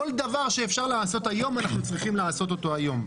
כל דבר שאפשר לעשות היום אנחנו צריכים לעשות אותו היום.